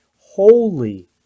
Holy